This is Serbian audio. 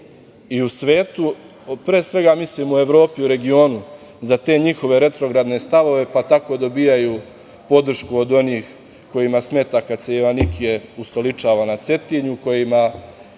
i u svetu, pre svega mislim u Evropi, u regionu, za te njihove retrogradne stavove, pa tako dobijaju podršku od onih kojima smeta kada se Joanikije ustoličava na Cetinju, kojima